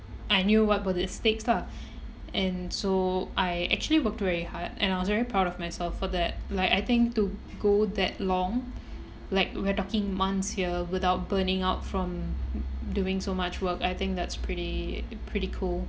I knew what was at stakes lah and so I actually worked very hard and I was very proud of myself for that like I think to go that long like we're talking months here without burning out from doing so much work I think that's pretty pretty cool